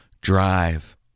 drive